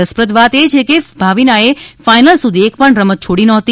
રસપ્રદ વાત એ છે કે ભાવિનાએ ફાઇનલ સુધી એક પણ રમત છોડી નહોતી